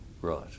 Right